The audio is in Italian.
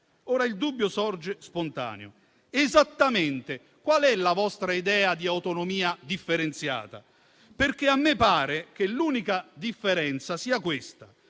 Ora il dubbio sorge spontaneo: esattamente qual è la vostra idea di autonomia differenziata? A me pare che l'unica differenza sia questa: